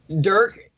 Dirk